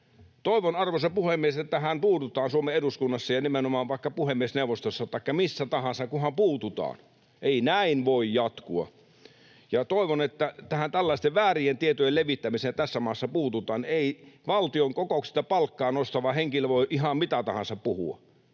Toivon, arvoisa puhemies, että tähän puututaan Suomen eduskunnassa ja nimenomaan vaikka puhemiesneuvostossa taikka missä tahansa, kunhan puututaan. Ei näin voi jatkua. Ja toivon, että tähän tällaisten väärien tietojen levittämiseen tässä maassa puututaan. Ei valtion kokouksesta palkkaa nostava henkilö voi ihan mitä tahansa puhua.